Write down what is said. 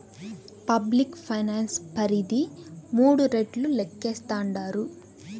public finance పరిధి మూడు రెట్లు లేక్కేస్తాండారు